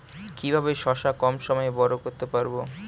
কিভাবে শশা কম সময়ে বড় করতে পারব?